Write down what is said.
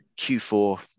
Q4